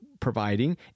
providing